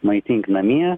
maitink namie